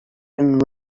and